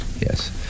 Yes